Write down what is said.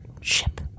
Ship